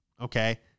Okay